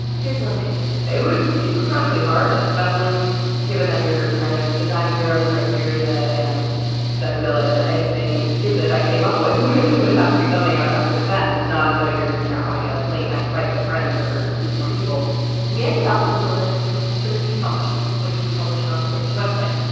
here's lindsey it was incredibly hard, especially given that you're kind of designing your own criteria and they realize that anything stupid. i came up with what you would have to be, something i'd have to defend. it's not as though you're you know having a late night fight with friends over who's more evil we ended up with a list of thirty companies which we published on slate's web site.